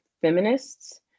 feminists